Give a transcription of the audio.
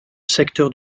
secteur